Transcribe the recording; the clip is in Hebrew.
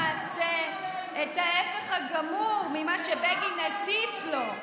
ומבצעים הלכה למעשה את ההפך הגמור ממה שבגין הטיף לו.